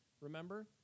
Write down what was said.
Remember